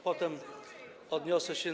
Potem odniosę się.